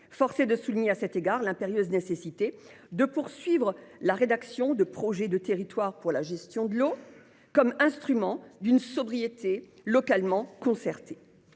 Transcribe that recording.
Force est de souligner, à cet égard, l'impérieuse nécessité de poursuivre la rédaction de projets de territoire pour la gestion de l'eau (PTGE), instruments d'une sobriété localement concertée.